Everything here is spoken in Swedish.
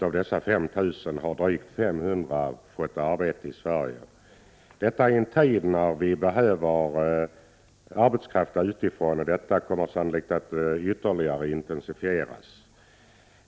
Av dessa har drygt 500 fått arbete i Sverige. Detta sker i en tid när vi behöver arbetskraft utifrån, och detta behov kommer sannolikt att ytterligare intensifieras.